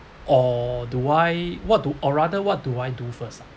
or do I what to or rather what do I do first ah